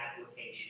application